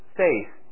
faith